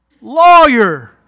lawyer